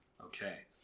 Okay